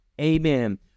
amen